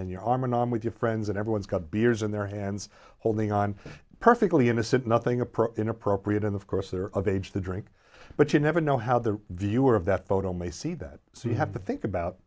and your arm in arm with your friends and everyone's got beers in their hands holding on perfectly innocent nothing approach inappropriate and of course are of age to drink but you never know how the viewer of that photo may see that so you have to think about